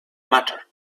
matter